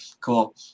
Cool